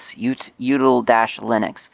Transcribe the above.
util-linux